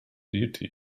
beauty